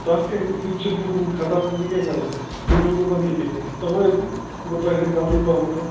تَتھ کیٛاہ سُہ تہِ چھُ تٔمۍ سُنٛدُے خطا وۅنۍ کیٛاہ کَرس بہٕ سُہ تہِ ہیوٚکھ نہٕ پَتہٕ یِتھٕے نہٕ تَوَے گوٚو تۄہہِ سٍتۍ غلطٕے پَہمَتھ